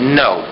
no